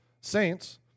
saints